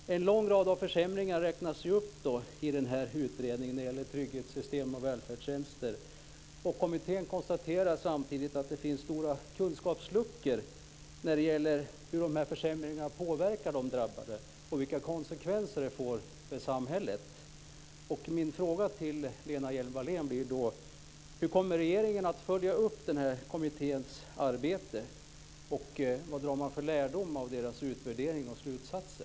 En lång rad försämringar räknas upp i den här utredningen. Det gäller trygghetssystem och välfärdstjänster. Kommittén konstaterar samtidigt att det finns stora kunskapsluckor när det gäller hur de här försämringarna påverkar de drabbade och vilka konsekvenser det får för samhället. Mina frågor till Lena Hjelm-Wallén blir då: Hur kommer regeringen att följa upp den här kommitténs arbete? Och vad drar man för lärdom av kommitténs utvärdering och slutsatser?